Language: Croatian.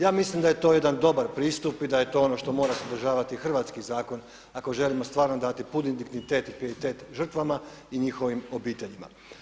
Ja mislim da je to jedan dobar pristup i da je to ono što mora sadržavati hrvatski zakon ako želimo stvarno dati pun dignitet i pijetet žrtvama i njihovim obiteljima.